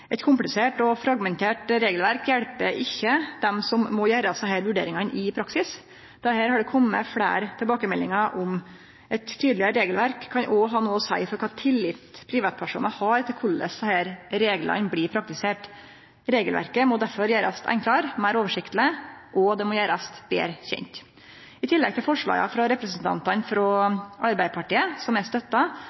Eit komplisert og fragmentert regelverk hjelper ikkje dei som må gjere desse vurderingane i praksis. Dette har det kome fleire tilbakemeldingar om. Eit tydelegare regelverk kan òg ha noko å seie for kva tillit privatpersonar har til korleis desse reglene blir praktiserte. Regelverket må derfor gjerast enklare, meir oversiktleg – og det må gjerast betre kjent. I tillegg til forslaga frå representantane frå Arbeidarpartiet, som